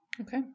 Okay